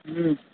হুম